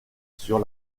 sur